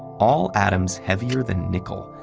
all atoms heavier than nickel,